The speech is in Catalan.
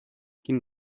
quin